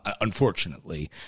unfortunately